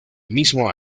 mismo